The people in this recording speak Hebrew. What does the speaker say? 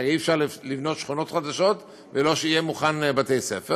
כי הרי אי-אפשר לבנות שכונות חדשות בלא שיהיו מוכנים בתי-ספר.